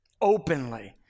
openly